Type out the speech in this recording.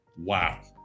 Wow